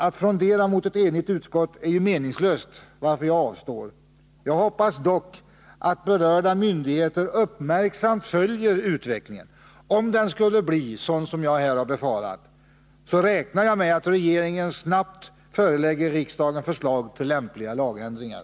Att frondera mot ett enigt utskott är ju meningslöst, varför jag avstår. Jag hoppas dock att berörda myndigheter uppmärksamt följer utvecklingen. Om den skulle bli sådan som jag befarar, räknar jag med att regeringen snabbt förelägger riksdagen förslag till lämpliga lagändringar.